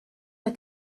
der